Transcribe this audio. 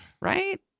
right